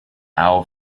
our